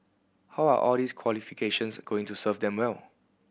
how are all these qualifications going to serve him well